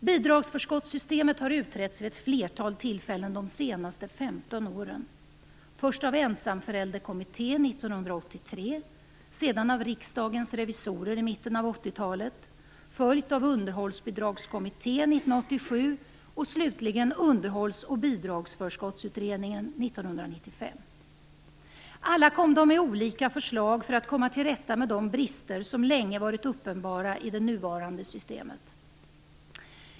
Bidragsförskottssystemet har utretts vid ett flertal tillfällen de senaste 15 åren, först av Ensamförälderkommittén 1983, sedan av Riksdagens revisorer i mitten av 1980-talet följt av Underhållsbidragskommittén 1987 och slutligen av Underhålls och bidragsförskottsutredningen 1995. Alla kom de med olika förslag för att komma till rätta med de brister som länge varit uppenbara i det nuvarande systemet.